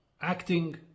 acting